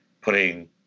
putting